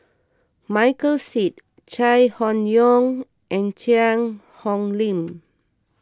Michael Seet Chai Hon Yoong and Cheang Hong Lim